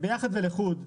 ביחד ולחוד.